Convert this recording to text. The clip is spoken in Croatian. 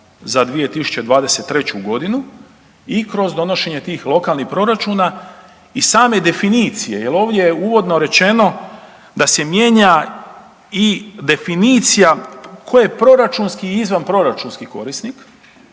za 2023. godinu i kroz donošenje tih lokalnih proračuna i same definicije jer ovdje je uvodno rečeno da se mijenja i definicija ko je proračunski i izvanproračunski korisnik.